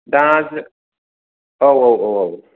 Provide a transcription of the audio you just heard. दा जो औ औ औ औ